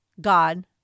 God